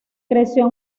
creció